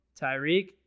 Tyreek